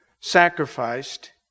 sacrificed